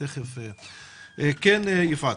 כן, יפעת.